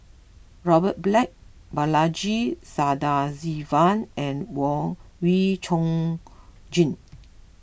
Robert Black Balaji Sadasivan and Wee Chong Jin